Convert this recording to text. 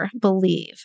believe